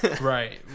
Right